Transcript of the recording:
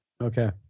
okay